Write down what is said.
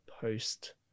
post